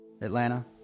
Atlanta